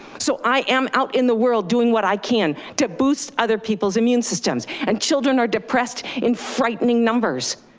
so i am out in the world doing what i can to boost other people's immune systems and children are depressed in frightening numbers.